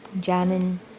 Janin